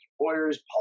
lawyers